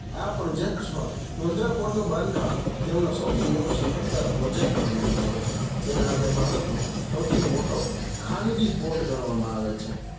આ પ્રોજેક્ટ્સમાં મુંદ્રા પોર્ટનું બાંધકામ તેમનો સૌથી મોટો સફળતા પ્રોજેક્ટ માનવામાં આવે છે જેને આજે ભારતનો સૌથી મોટો ખાનગી પોર્ટ ગણવામાં આવે છે